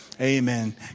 Amen